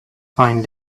fine